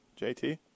JT